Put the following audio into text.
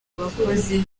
abakozi